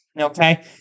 Okay